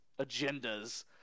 agendas